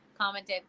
commented